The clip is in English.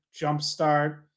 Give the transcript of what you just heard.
jumpstart